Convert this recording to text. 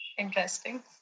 interesting